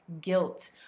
guilt